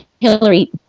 Hillary